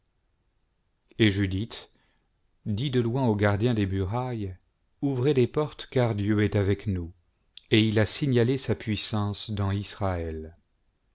et judith dit de loin aux gardiens des murailles ouvi-ez les portes car dieu est avec nous et il a signalé sa puissance dans israël